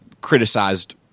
criticized